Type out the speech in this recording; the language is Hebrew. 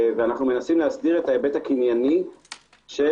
ואנו מנסים להסדיר את ההיבט הקנייני של